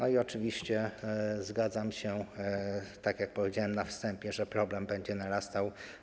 Oczywiście zgadzam się, tak jak powiedziałem na wstępie, że problem będzie narastał.